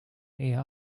eher